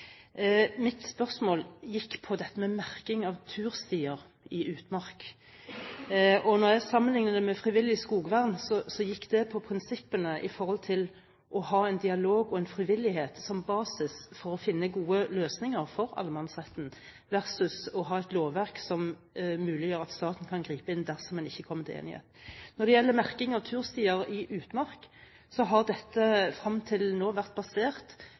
Mitt spørsmål gikk på dette med merking av turstier i utmark. Når jeg sammenlignet det med frivillig skogvern, gikk det på prinsippene om å ha en dialog og en frivillighet som basis for å finne gode løsninger for allemannsretten, versus å ha et lovverk som muliggjør at staten kan gripe inn dersom man ikke kommer til enighet. Når det gjelder merking av turstier i utmark, har dette frem til nå vært basert